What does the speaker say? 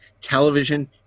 television